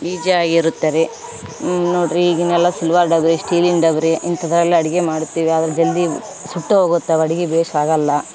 ಈಜಿಯಾಗಿರುತ್ತದೆ ನೋಡ್ರಿ ಈಗಿನ ಎಲ್ಲ ಸಿಲ್ವಾರ್ ಡಬ್ರಿ ಸ್ಟೀಲಿನ ಡಬ್ರೀ ಇಂಥದೆಲ್ಲ ಅಡಿಗೆ ಮಾಡುತ್ತೀವಿ ಆವಾಗ ಜಲ್ದಿ ಸುಟ್ಟೊಗತ್ತವ ಅಡಿಗೆ ಭೇಷ್ ಆಗೋಲ್ಲ